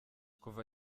kuva